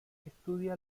estudia